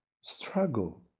struggle